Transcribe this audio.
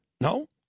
No